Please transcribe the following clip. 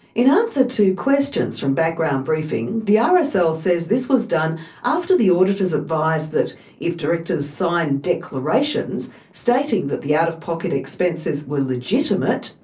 in answer to questions from background briefing, the rsl says this was done after the auditors advised that if directors signed declarations stating that the out-of-pocket expenses were legitimate,